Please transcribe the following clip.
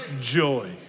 joy